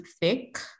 thick